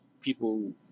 people